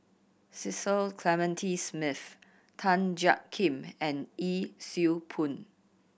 Cecil Clementi Smith Tan Jiak Kim and Yee Siew Pun